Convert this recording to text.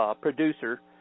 producer